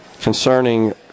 concerning